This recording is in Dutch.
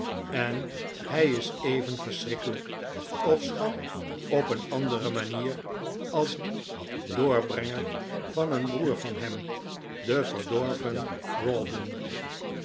en hij is even verschrikkelijk ofschoon op een andere manier als die doorbrenger van een broer van hem de verdorven rawdon